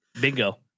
bingo